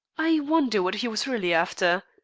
i wonder what he was really after.